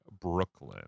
brooklyn